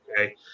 Okay